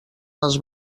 les